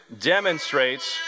demonstrates